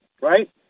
right